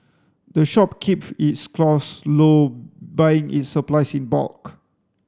the shop keep its cost low buying its supplies in bulk